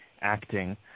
acting